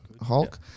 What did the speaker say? Hulk